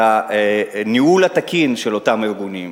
הניהול התקין של אותם ארגונים,